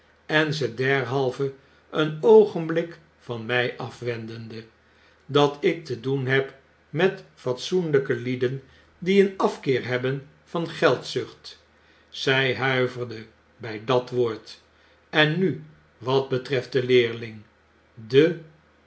en ze derhalve een oogenblik van mij afwendende w dat ik te doen heb met fatsoenlijke lieden die een afkeer hebben van geldzucht zy huiverde by dat woord en nu wat betreft de leerling de